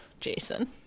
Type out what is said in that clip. Jason